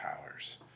powers